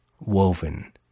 woven